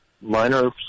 minor